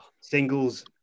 Singles